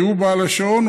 כי הוא בעל השעון,